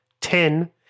Ten